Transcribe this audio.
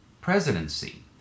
presidency